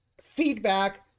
feedback